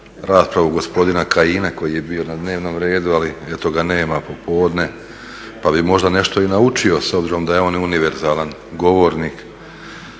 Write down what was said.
raspravu gospodina Kajina koji je bio na dnevnom redu ali eto ga nema popodne, pa bi možda nešto i naučio s obzirom da je on univerzalan govornik.